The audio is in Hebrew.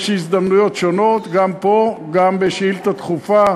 יש הזדמנויות שונות, גם פה, גם בשאילתה דחופה,